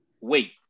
wait